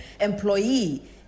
employee